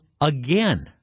again